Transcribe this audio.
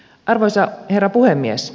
arvoisa herra puhemies